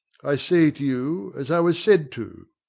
i say to you, as i was said to,